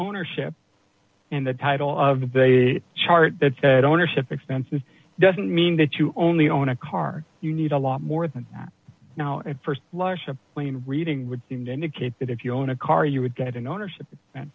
ownership and the title of the day a chart that said ownership expenses doesn't mean that you only own a car you need a lot more than that now at st blush when reading would seem to indicate that if you own a car you would get an ownership